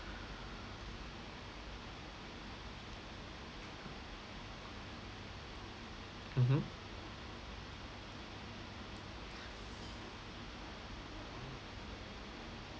mmhmm